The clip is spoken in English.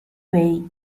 way